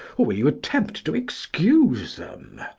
or will you attempt to excuse them?